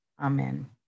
Amen